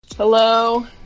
Hello